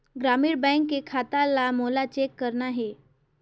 ग्रामीण बैंक के खाता ला मोला चेक करना हे?